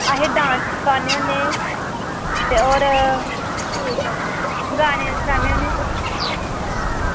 असें डांस सखाने होन्ने ते होर होर केह् सखाने गाने बी सखाने होन्ने